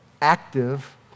active